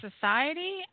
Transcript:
society